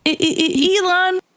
Elon